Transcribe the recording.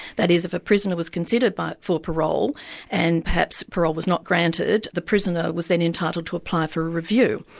that is, if a prisoner was considered but for parole and perhaps parole was not granted, the prisoner was then entitled to apply for a review.